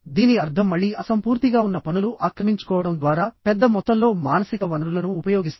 దీని అర్థం మళ్ళీ అసంపూర్తిగా ఉన్న పనులు ఆక్రమించుకోవడం ద్వారా పెద్ద మొత్తంలో మానసిక వనరులను ఉపయోగిస్తాయి